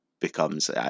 becomes